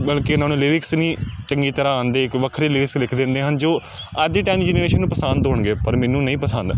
ਬਲਕਿ ਇਹਨਾਂ ਨੂੰ ਲੀਰਿਕਸ ਨਹੀਂ ਚੰਗੀ ਤਰ੍ਹਾਂ ਆਉਂਦੇ ਇੱਕ ਵੱਖਰੇ ਲੀਰਿਕਸ ਲਿਖ ਦਿੰਦੇ ਹਨ ਜੋ ਅੱਜ ਦੀ ਟਾਈਮ ਦੀ ਜਨਰੇਸ਼ਨ ਨੂੰ ਪਸੰਦ ਹੋਣਗੇ ਪਰ ਮੈਨੂੰ ਨਹੀਂ ਪਸੰਦ